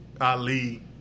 Ali